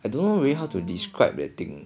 I don't know really how to describe that thing